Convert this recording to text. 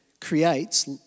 creates